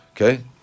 Okay